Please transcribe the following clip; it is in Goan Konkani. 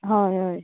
हय हय